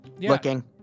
Looking